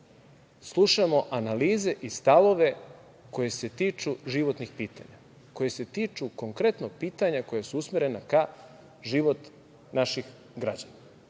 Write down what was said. slušamo analize i stavove koje se tiču životnih pitanja, koje se tiču konkretnog pitanja koja su usmerena na život naših građana,